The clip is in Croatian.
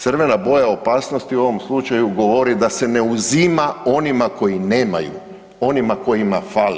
Crvena boja opasnosti u ovom slučaju govori da se ne uzima onima koji nemaju, onima kojima fali.